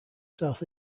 south